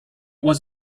was